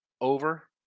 Over